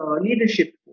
leadership